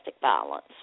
violence